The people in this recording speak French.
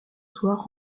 soir